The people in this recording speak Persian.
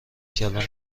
کلان